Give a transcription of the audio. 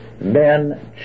men